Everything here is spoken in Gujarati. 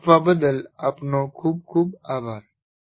ધ્યાન આપવા બદલ આપનો ખૂબ ખૂબ આભાર